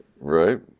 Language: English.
Right